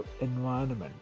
environment